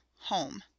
Home